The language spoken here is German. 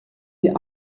sie